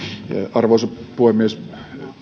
arvoisa puhemies